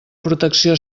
protecció